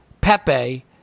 Pepe